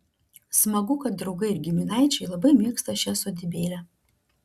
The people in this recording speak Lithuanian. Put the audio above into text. smagu kad draugai ir giminaičiai labai mėgsta šią sodybėlę